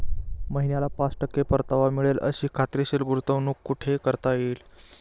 महिन्याला पाच टक्के परतावा मिळेल अशी खात्रीशीर गुंतवणूक कुठे करता येईल?